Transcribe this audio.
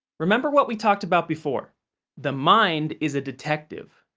remember what we talked about before the mind is a detective.